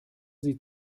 sie